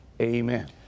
amen